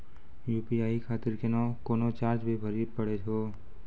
UPI खातिर कोनो charge भी भरी पड़ी हो?